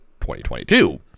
2022